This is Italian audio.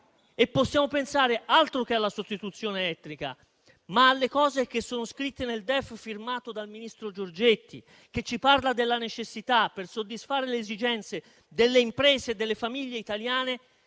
possiamo pensare - altro che alla sostituzione etnica! - alle cose che sono scritte nel DEF firmato dal ministro Giorgetti, che ci parla della necessità, per soddisfare le esigenze delle imprese e delle famiglie italiane,